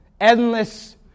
endless